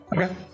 Okay